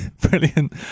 Brilliant